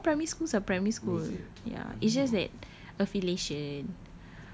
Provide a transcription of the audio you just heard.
no all primary schools are primary schools ya it's just that affiliation